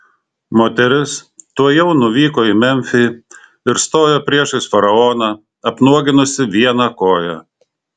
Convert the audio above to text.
moteris tuojau nuvyko į memfį ir stojo priešais faraoną apnuoginusi vieną koją